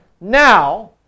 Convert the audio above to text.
Now